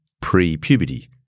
pre-puberty